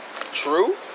True